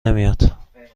نمیاد